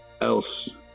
else